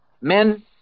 Men